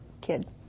kid